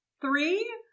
Three